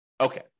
Okay